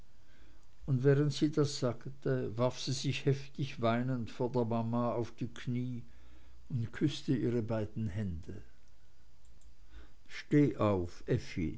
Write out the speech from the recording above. und während sie das sagte warf sie sich heftig weinend vor der mama auf die knie und küßte ihre beiden hände steh auf